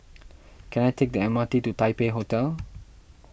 can I take the M R T to Taipei Hotel